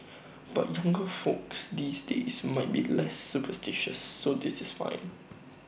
but younger folks these days might be less superstitious so this is fine